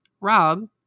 Rob